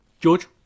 George